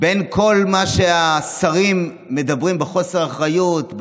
בין כל מה שהשרים מדברים בחוסר אחריות,